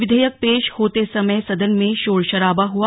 विधेयक पेश होते समय सदन में शोर शराबा हुआ